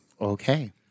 Okay